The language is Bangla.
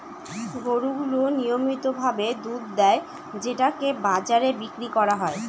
গরু গুলো নিয়মিত ভাবে দুধ দেয় যেটাকে বাজারে বিক্রি করা হয়